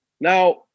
Now